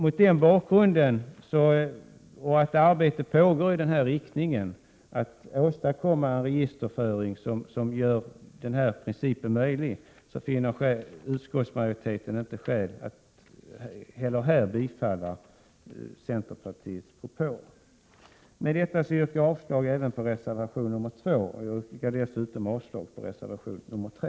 Mot den bakgrunden och med hänvisning till att arbetet pågår i syfte att åstadkomma en registerföring som gör denna princip möjlig finner utskottsmajoriteten inte skäl att heller här tillstyrka centerpartiets propå. Med detta yrkar jag avslag även på reservationerna 2 och 3.